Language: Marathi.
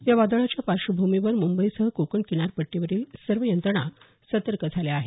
या वादळाच्या पार्श्वभूमीवर मुंबईसह कोकण किनारपट्टीतील सर्व यंत्रणां सर्तक झाल्या आहेत